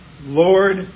Lord